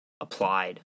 applied